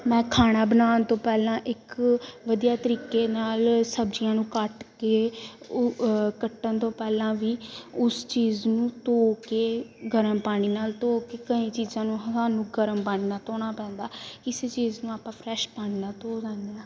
ਮੈਂ ਖਾਣਾ ਬਣਾਉਣ ਤੋਂ ਪਹਿਲਾਂ ਇੱਕ ਵਧੀਆ ਤਰੀਕੇ ਨਾਲ ਸਬਜ਼ੀਆਂ ਨੂੰ ਕੱਟ ਕੇ ਉਹ ਕੱਟਣ ਤੋਂ ਪਹਿਲਾਂ ਵੀ ਉਸ ਚੀਜ਼ ਨੂੰ ਧੋ ਕੇ ਗਰਮ ਪਾਣੀ ਨਾਲ ਧੋ ਕੇ ਕਈ ਚੀਜ਼ਾਂ ਨੂੰ ਸਾਨੂੰ ਗਰਮ ਪਾਣੀ ਨਾਲ ਧੋਣਾ ਪੈਂਦਾ ਕਿਸੇ ਚੀਜ਼ ਨੂੰ ਆਪਾਂ ਫਰੈਸ਼ ਪਾਣੀ ਨਾਲ ਧੋ ਦਿੰਦੇ ਹਾਂ